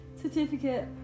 certificate